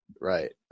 Right